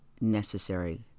necessary